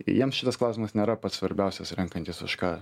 jiems šitas klausimas nėra pats svarbiausias renkantis už ką